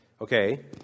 Okay